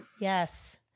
Yes